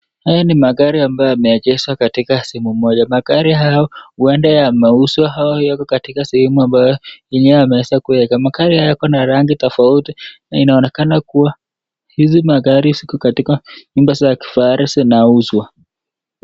Haya ni magari ambayo yameegeshwa katika sehemu moja, magari hayo uenda ya mauso yako katika sehemu ambayo yeye ameweza kuyaegesha. Magari hayo yako na marangi tofauti na inaonekana kuwa hizi magari ziko katika nyumba za kifahari zinauzwa.